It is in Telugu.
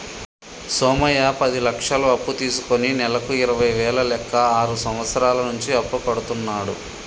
సోమయ్య పది లక్షలు అప్పు తీసుకుని నెలకు ఇరవై వేల లెక్క ఆరు సంవత్సరాల నుంచి అప్పు కడుతున్నాడు